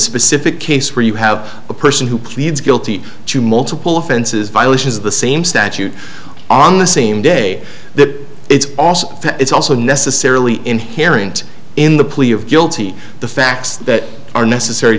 specific case where you have a person who pleads guilty to multiple offenses violations of the same statute on the same day that it's also it's also necessarily inherent in the plea of guilty the facts that are necessary